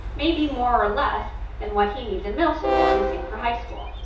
may be more or less than what he needs in middle school and the same for high school.